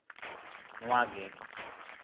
ᱱᱚᱣᱟ ᱜᱮ